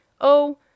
Oh